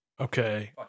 Okay